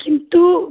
কিন্তু